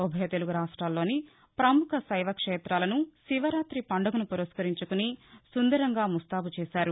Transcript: ఉభయ తెలుగు రాష్ట్రాల్లోని ప్రముఖ శైవక్షేతాలను శివరాతి పండుగను పురస్కరించుకుని సుందరంగా ముస్తాబు చేశారు